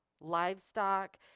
livestock